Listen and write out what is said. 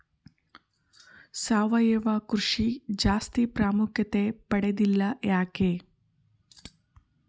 ಸಾವಯವ ಕೃಷಿ ಜಾಸ್ತಿ ಪ್ರಾಮುಖ್ಯತೆ ಪಡೆದಿಲ್ಲ ಯಾಕೆ?